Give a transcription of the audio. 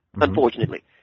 unfortunately